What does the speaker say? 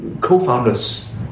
co-founders